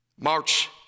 March